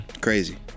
Crazy